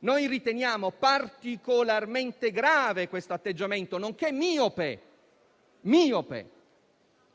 noi riteniamo particolarmente grave questo atteggiamento, nonché miope, perché